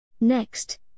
Next